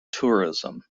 tourism